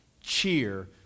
cheer